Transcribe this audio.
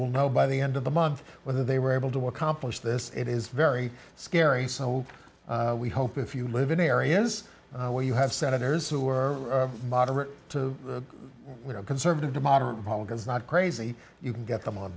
will know by the end of the month whether they were able to accomplish this it is very scary so we hope if you live in areas where you have senators who are moderate to conservative to moderate republicans not crazy you can get them on